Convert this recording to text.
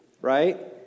right